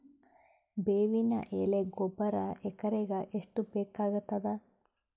ಬೇವಿನ ಎಲೆ ಗೊಬರಾ ಎಕರೆಗ್ ಎಷ್ಟು ಬೇಕಗತಾದ?